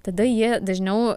tada jie dažniau